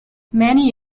many